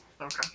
Okay